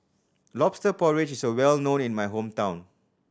Lobster Porridge is well known in my hometown